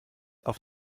auf